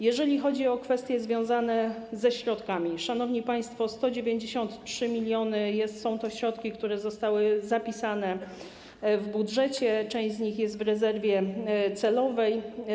Jeżeli chodzi o kwestie związane ze środkami, szanowni państwo, to 193 mln są to środki, które zostały zapisane w budżecie, część z nich jest w rezerwie celowej.